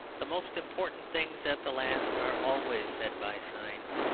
the most important things at the last are always said by signs,